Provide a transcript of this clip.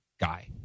guy